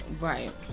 Right